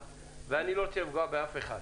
ואני לא רוצה לפגוע באף אחד,